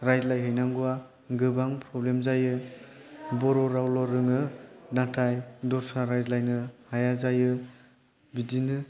रायज्लायहैनांगौआ गोबां प्रब्लेम जायो बर' रावल' रोङो नाथाय दस्रा रायज्लायनो हाया जायो बिदिनो